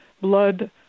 blood